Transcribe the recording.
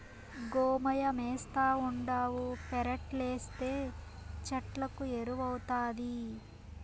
గోమయమేస్తావుండావు పెరట్లేస్తే చెట్లకు ఎరువౌతాది